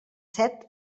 set